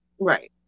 right